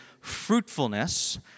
fruitfulness